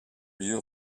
lieu